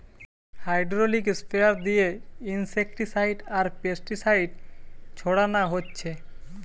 hydraulic sprayer দিয়ে insecticide আর pesticide ছোড়ানা হচ্ছে